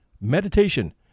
meditation